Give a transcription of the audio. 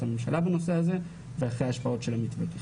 הממשלה בנושא הזה ואחרי ההשפעות של המתווה.